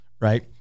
right